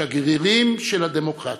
שגרירים של הדמוקרטיה.